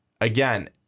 again